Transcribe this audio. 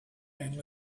man